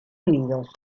unidos